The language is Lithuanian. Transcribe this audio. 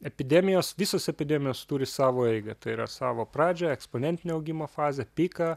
epidemijos visos epidemijos turi savo eigą tai yra savo pradžią eksponentinio augimo fazę piką